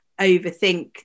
overthink